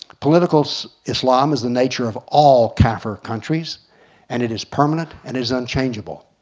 politcal islam is the nature of all kaffir countries and it is permanent and is unchangeable.